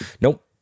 Nope